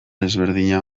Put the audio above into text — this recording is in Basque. ezberdina